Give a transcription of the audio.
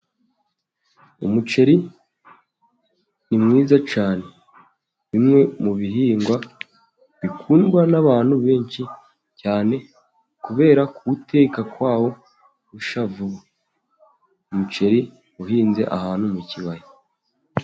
Umuceri ni mwiza cyane, bimwe mu bihingwa bikundwa n'abantu benshi cyane kubera kuwuteka kwawo ushya vuba, umuceri uhinze ahantu mu kibaya.